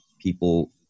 People